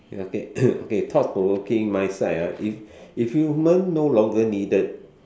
ya okay okay thought provoking my side ah if if human no longer needed